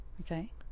Okay